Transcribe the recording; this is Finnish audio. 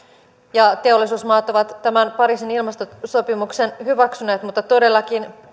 ja teollisuusmaat ovat tämän pariisin ilmastosopimuksen hyväksyneet mutta todellakin